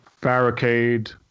barricade